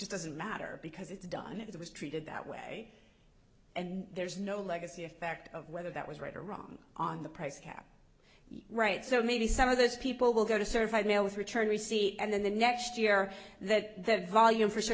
doesn't matter because it's done it was treated that way and there's no legacy effect of whether that was right or wrong on the price cap right so maybe some of those people will go to certified mail with return receipt and then the next year the volume for